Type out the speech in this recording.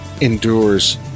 endures